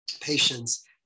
patients